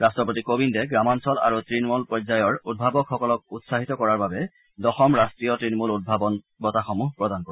ৰাট্টপতি কোৱিন্দে গ্ৰামাঞ্চল আৰু ত়ণমূল পৰ্যায়ৰ উদ্ভাৱকসকলক উৎসাহিত কৰাৰ বাবে দশম ৰাষ্ট্ৰীয় ত়ণমূল উদ্ভাৱন বঁটাসমূহ প্ৰদান কৰিব